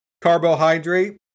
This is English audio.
carbohydrate